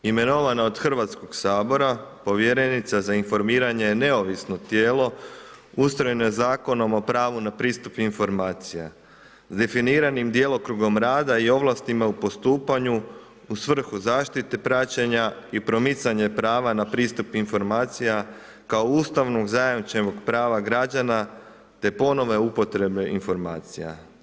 Imenovana od Hrvatskog sabora povjerenica za informiranje je neovisno tijelo, ustrojeno je Zakonom o pravu na pristup informacijama s definiranim djelokrugom rada i ovlastima u postupanju u svrhu zaštite praćenja i promicanje prava na pristup informacijama kao Ustavom zajamčenog prava građana te ponovne upotrebe informacija.